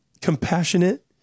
compassionate